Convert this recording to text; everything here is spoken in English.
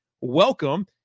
welcome